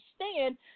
understand